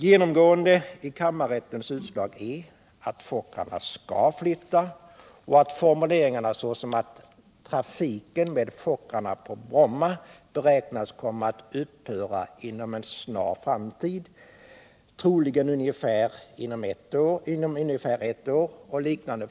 Genomgående i rättens utslag är a:t Fokkerplanen skall flytta och formuleringar sådana som att trafiken med Fokkerplanen på Bromma beräknas komma att upphöra inom en snar framtid, troligen ungefär ett år och liknande.